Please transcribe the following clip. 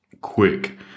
quick